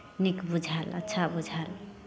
नीक बुझायल अच्छा बुझायल